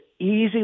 easy